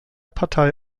partei